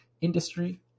industry